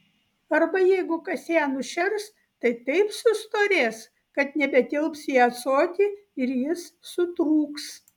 arba jeigu kas ją nušers tai taip sustorės kad nebetilps į ąsotį ir jis sutrūks